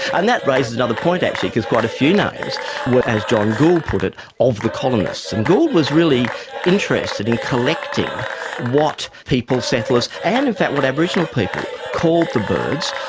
and that raises another point actually because quite a few names were, as john gould put it, of the colonists. and gould was really interested in collecting what people, settlers, and in fact what aboriginal people called the birds.